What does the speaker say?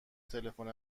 تلفن